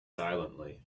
silently